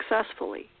successfully